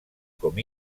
com